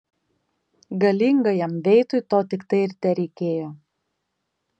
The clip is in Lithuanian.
galingajam veitui to tiktai ir tereikėjo